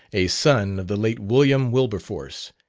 a son of the late william wilberforce,